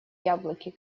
яблоки